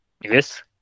Yes